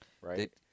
right